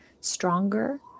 stronger